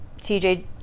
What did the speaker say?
TJ